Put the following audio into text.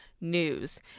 news